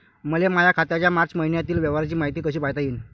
मले माया खात्याच्या मार्च मईन्यातील व्यवहाराची मायती कशी पायता येईन?